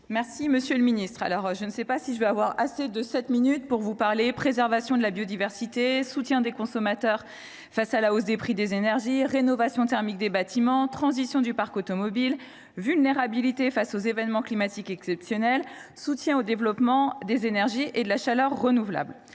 spécial. Monsieur le ministre, je ne sais si j’aurai assez de sept minutes pour vous parler préservation de la biodiversité, soutien aux consommateurs confrontés à la hausse des prix de l’énergie, rénovation thermique des bâtiments, transition du parc automobile, vulnérabilité face aux événements climatiques exceptionnels, soutien au développement des énergies et de la chaleur renouvelables.